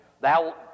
Thou